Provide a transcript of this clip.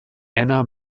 anna